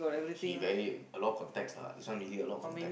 he very a lot of contacts lah this one he a lot of contact